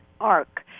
arc